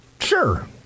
Sure